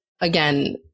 again